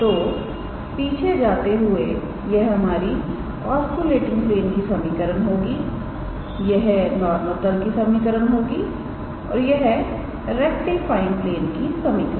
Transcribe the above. तो पीछे जाते हुए यह हमारी ऑस्कुलेटिंग प्लेन की समीकरण होगी यह नॉर्मल तल की समीकरण होगी और यह रेक्टिफाइंग प्लेन की समीकरण